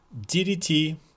DDT